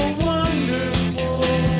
wonderful